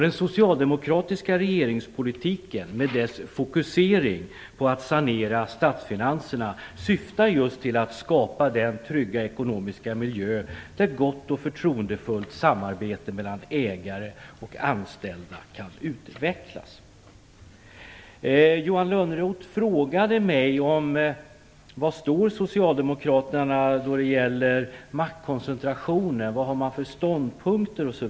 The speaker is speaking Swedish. Den socialdemokratiska regeringspolitiken med dess fokusering på att sanera statsfinanserna syftar just till att skapa den trygga ekonomiska miljö där gott och förtroendefullt samarbete mellan ägare och anställda kan utvecklas. Johan Lönnroth frågade mig var Socialdemokraterna står då det gäller maktkoncentrationen. Vad har vi för ståndpunkter?